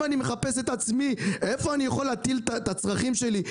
אם אני צריך לחפש איפה אני יכול להטיל את הצרכים שלי,